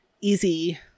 easy